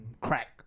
crack